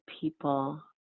people